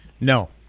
No